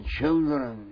children